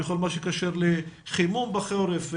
בכל מה שקשור לחימום בחורף,